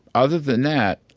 other than that,